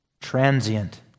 transient